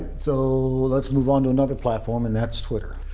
so let's move on to another platform and that's twitter.